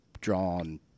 drawn